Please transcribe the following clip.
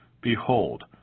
Behold